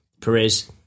Perez